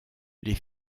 les